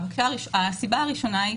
הסיבה הראשונה היא